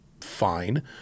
Fine